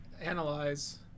analyze